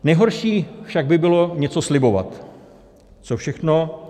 Nejhorší však by bylo něco slibovat, co všechno.